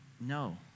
No